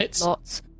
lots